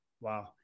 Wow